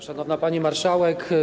Szanowna Pani Marszałek!